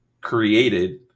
created